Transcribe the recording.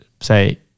say